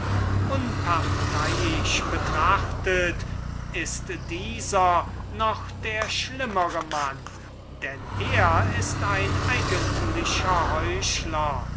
unparteiisch betrachtet ist dieser noch der schlimmere mann denn er ist ein eigentlicher